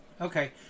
Okay